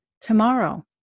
tomorrow